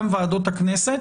גם ועדות הכנסת.